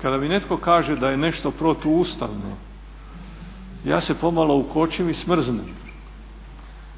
Kada mi netko kaže da je nešto protuustavno ja se pomalo ukočim i smrznem